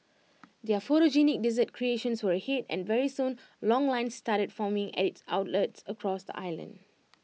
their photogenic dessert creations were A hit and very soon long lines started forming at its outlets across the island